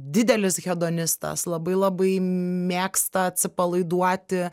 didelis hedonistas labai labai mėgsta atsipalaiduoti